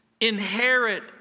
inherit